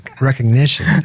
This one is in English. recognition